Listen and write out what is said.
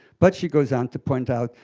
but she goes on to point out,